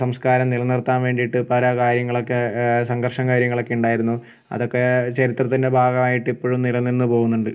സംസ്കാരം നിലനിറത്താൻ വേണ്ടിയിട്ട് പല കാര്യങ്ങളൊക്കെ സംഘർഷം കാര്യങ്ങളൊക്കെ ഉണ്ടായിരുന്നു അതൊക്കെ ചരിത്രത്തിൻ്റെ ഭാഗമായിട്ട് ഇപ്പോഴും നിലനിന്ന് പോകുന്നുണ്ട്